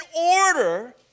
order